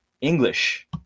English